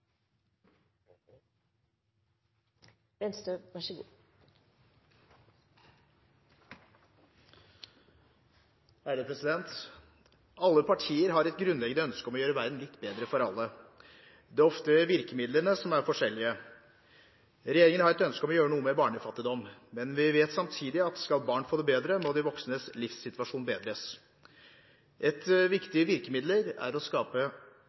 Alle partier har et grunnleggende ønske om å gjøre verden litt bedre for alle. Det er ofte virkemidlene som er forskjellige. Regjeringen har et ønske om å gjøre noe med barnefattigdom. Men vi vet samtidig at skal barn få det bedre, må de voksnes livssituasjon bedres. Et viktig virkemiddel er å skape